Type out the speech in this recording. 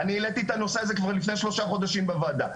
אני העלתי את הנושא הזה כבר לפני שלושה חודשים בוועדה.